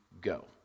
go